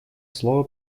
слово